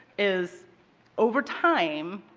is over time,